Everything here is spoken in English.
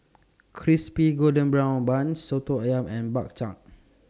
Crispy Golden Brown Bun Soto Ayam and Bak Chang